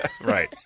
Right